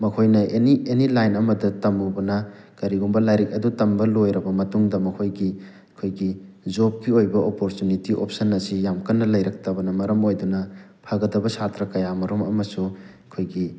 ꯃꯈꯣꯏꯅ any any line ꯑꯃꯗ ꯇꯝꯂꯨꯕꯅ ꯀꯔꯤꯒꯨꯝꯕ ꯂꯥꯏꯔꯤꯛ ꯑꯗꯨ ꯇꯝꯕ ꯂꯣꯏꯔꯕ ꯃꯇꯨꯡꯗ ꯃꯈꯣꯏꯒꯤ ꯑꯩꯈꯣꯏꯒꯤ ꯖꯣꯕꯀꯤ ꯑꯣꯏꯕ ꯑꯣꯄꯣꯔꯆꯨꯅꯤꯇꯤ ꯑꯣꯞꯁꯟ ꯑꯁꯤ ꯌꯥꯝ ꯀꯟꯅ ꯂꯩꯔꯛꯇꯕꯅ ꯃꯔꯝ ꯑꯣꯏꯗꯨꯅ ꯐꯒꯗꯕ ꯁꯥꯇ꯭ꯔ ꯀꯌꯥ ꯃꯔꯨꯝ ꯑꯃꯁꯨ ꯑꯩꯈꯣꯏꯒꯤ